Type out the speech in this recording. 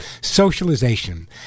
socialization